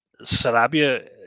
Sarabia